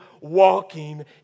walking